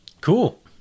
Cool